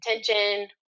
attention